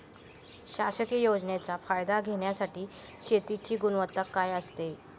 शासकीय योजनेचा फायदा घेण्यासाठी शेतीची गुणवत्ता काय असते?